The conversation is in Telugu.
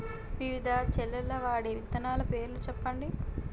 వివిధ చేలల్ల వాడే విత్తనాల పేర్లు చెప్పండి?